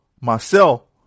Marcel